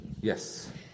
Yes